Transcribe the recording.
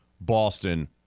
Boston